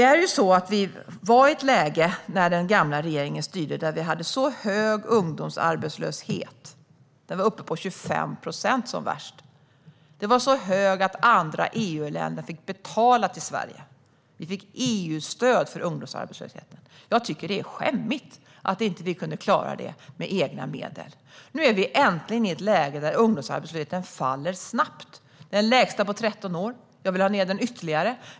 När den gamla regeringen styrde var vi ju i ett läge där vi hade så hög ungdomsarbetslöshet - den var uppe på 25 procent som värst - att andra EU-länder fick betala till Sverige. Vi fick EU-stöd för ungdomsarbetslösheten. Jag tycker att det är skämmigt att vi inte kunde klara detta med egna medel. Nu är vi äntligen i ett läge där ungdomsarbetslösheten faller snabbt. Vi har den lägsta ungdomsarbetslösheten på 13 år, och jag vill ha ned den ytterligare.